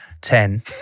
ten